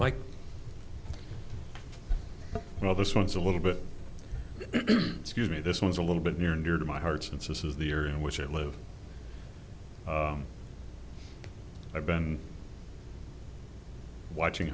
like well this one's a little bit skewed me this one's a little bit near and dear to my heart since this is the year in which i live i've been watching